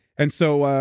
and so,